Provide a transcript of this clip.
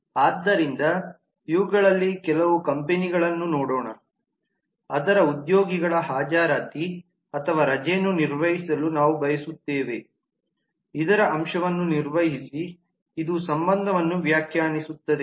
ಆದ್ದರಿಂದ ಇವುಗಳಲ್ಲಿ ಕೆಲವು ಕಂಪೆನಿಗಳನ್ನು ನೋಡೋಣ ಅದರ ಉದ್ಯೋಗಿಗಳ ಹಾಜರಾತಿ ಅಥವಾ ರಜೆಯನ್ನು ನಿರ್ವಹಿಸಲು ನಾವು ಬಯಸುತ್ತೇವೆ ಇದರ ಅಂಶವನ್ನು ನಿರ್ವಹಿಸಿ ಇದು ಸಂಬಂಧವನ್ನು ವ್ಯಾಖ್ಯಾನಿಸುತ್ತದೆ